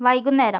വൈകുന്നേരം